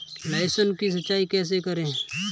लहसुन की सिंचाई कैसे करें?